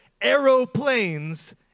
aeroplanes